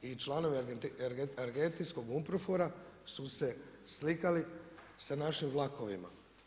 I članovi argentinskog UNPROFOR-a su se slikali sa našim vlakovima.